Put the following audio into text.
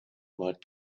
might